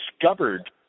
discovered